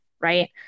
Right